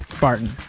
Barton